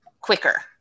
quicker